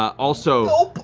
also,